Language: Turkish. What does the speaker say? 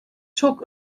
çok